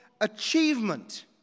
achievement